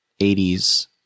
80s